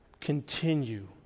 Continue